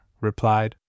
replied